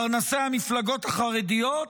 פרנסי המפלגות חרדיות,